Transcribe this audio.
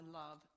love